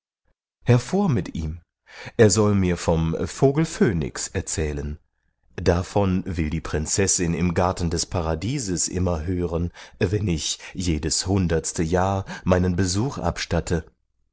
hervor mit ihm er soll mir vom vogel phönix erzählen davon will die prinzessin im garten des paradieses immer hören wenn ich jedes hundertste jahr meinen besuch abstatte